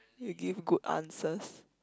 you give good answers